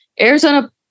Arizona